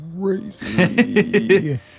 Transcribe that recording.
crazy